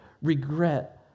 regret